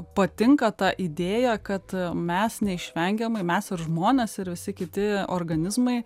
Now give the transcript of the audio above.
patinka ta idėja kad mes neišvengiamai mes ir žmonės ir visi kiti organizmai